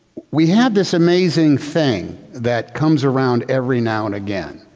we have this amazing thing that comes around every now and again,